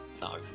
No